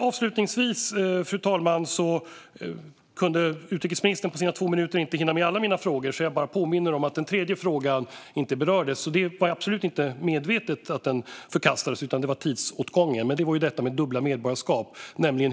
Avslutningsvis: Utrikesministern kunde inte hinna med att besvara alla mina frågor på två minuter. Jag påminner därför om att den tredje frågan inte berördes. Det var absolut inte medvetet som den förkastades, utan det berodde på att tiden inte räckte till. Men den frågan gällde dubbla medborgarskap.